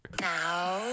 Now